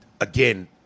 again